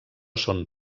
són